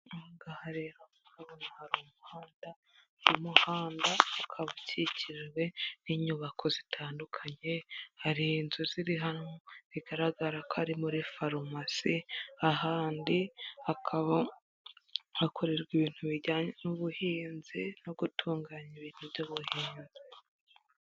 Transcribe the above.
Ahangaha rero urahabona hari umuhanda, uyu muhanda ukaba ukikijwe n'inyubako zitandukanye, hari inzu ziri hano bigaragara ko ari muri farumasi, ahandi hakaba hakorerwa ibintu bijyanye n'ubuhinzi no gutunganya ibintu by'ubuhinzi.